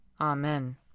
Amen